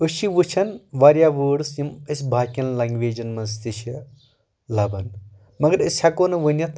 أسۍ چھِ وٕچھان واریاہ وٲڑٕز یِم أسۍ باقٕیَن لنٛگویجن منٛز تہِ چھ لبان مگر أسۍ ہیٚکو نہٕ ؤنِتھ